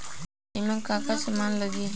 ईमन का का समान लगी?